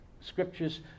scriptures